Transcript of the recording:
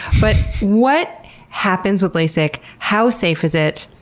but what happens with lasik? how safe is it?